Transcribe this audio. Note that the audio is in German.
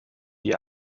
die